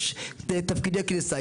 יש תפקידי כניסה,